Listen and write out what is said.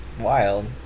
Wild